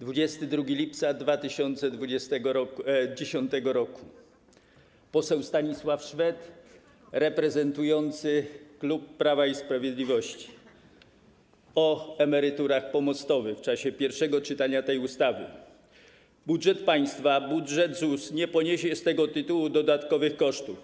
22 lipca 2010 r. poseł Stanisław Szwed, reprezentujący klub Prawa i Sprawiedliwości, o emeryturach pomostowych w czasie pierwszego czytania tej ustawy mówił: „Budżet państwa, budżet ZUS nie poniesie z tego tytułu dodatkowych kosztów,